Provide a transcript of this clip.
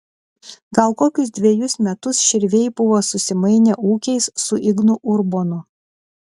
gal kokius dvejus metus širviai buvo susimainę ūkiais su ignu urbonu